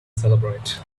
celebrate